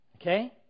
Okay